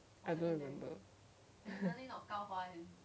I don't remember